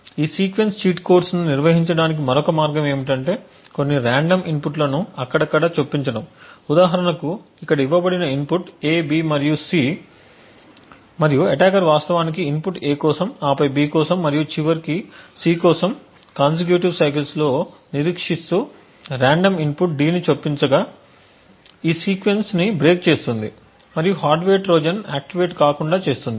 ఈ sequence cheat కోడ్స్ను నిర్వహించడానికి మరొక మార్గం ఏమిటంటే కొన్ని రాండమ్ ఇన్పుట్లను అక్కడక్కడ చొప్పించడం ఉదాహరణకు ఇక్కడ ఇవ్వబడిన ఇన్పుట్ A B మరియు C మరియు అటాకర్ వాస్తవానికి ఇన్పుట్ A కోసం ఆపై B కోసం మరియు చివరికి C కోసం కాన్సెక్యూటివ్ సైకిల్స్లో నిరీక్షిస్తూ రాండమ్ ఇన్పుట్ D ని చొప్పించగా ఈ సీక్వెన్స్ని బ్రేక్ చేస్తుంది మరియు హార్డ్వేర్ ట్రోజన్ ఆక్టివేట్ కాకుండా నిరోధిస్తుంది